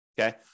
okay